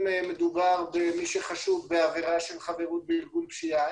אם מדובר במי שחשוד בעבירה של חברות בארגון פשיעה,